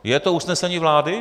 Je to usnesení vlády?